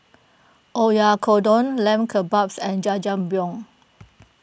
Oyakodon Lamb Kebabs and Jajangmyeon